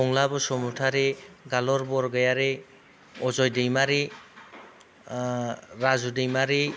Hangla Basumatary Galar Bargayari Ajay Daimary Raju Daimary